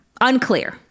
Unclear